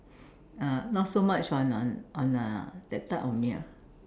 ah not so much on on on uh that type of meal